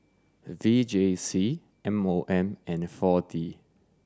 V J C M O M and four D